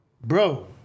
bro